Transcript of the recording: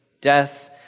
death